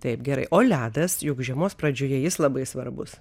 taip gerai o ledas juk žiemos pradžioje jis labai svarbus